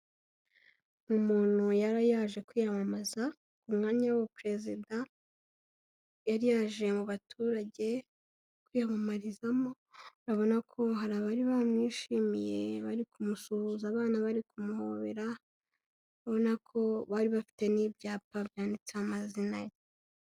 Umuntu yari yaje kwiyamamaza umwanya w'ubuperezida yari yaje mu baturage kwiyamamarizamo, urabona ko hari abari bamwishimiye bari kumusuhuza abana bari kumuhobera ubona ko bari bafite n'ibyapa byanditse amazina ye.